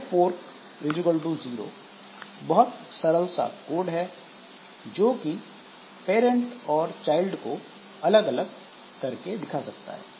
यह फोर्क 0 बहुत सरल सा कोड है जो कि पैरंट और चाइल्ड को अलग अलग दिखा सकता है